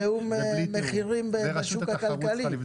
מצאתי שותף וישבנו עם חברי כנסת מהאופוזיציה בזמנו,